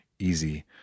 Easy